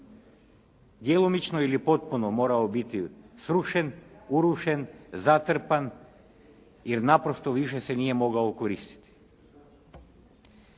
djelomično ili potpuno morao biti srušen, urušen, zatrpan jer naprosto više se nije mogao koristiti.